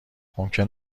ممکن